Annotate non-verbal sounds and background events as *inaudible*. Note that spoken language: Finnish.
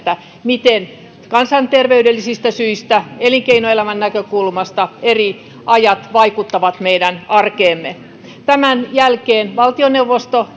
miten kansanterveydellisistä syistä elinkeinoelämän näkökulmasta eri ajat vaikuttavat meidän arkeemme tämän jälkeen valtioneuvosto *unintelligible*